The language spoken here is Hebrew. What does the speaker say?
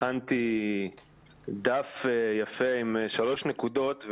הכנתי דף יפה עם שלוש נקודות.